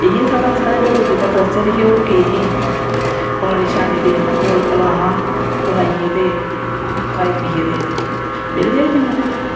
इ'यै साढ़े साढ़ा डोगरी दा कल्चर ही होर केह् ही पानी शानी देना कोल पलाना पलाइयै ते खाई पियै ते बेह्ले होई जाना फिर